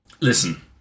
Listen